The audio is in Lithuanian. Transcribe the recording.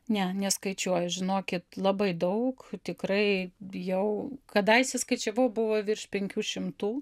ne neskaičiuoju žinokit labai daug tikrai bijau kadaise skaičiavau buvo virš penkių šimtų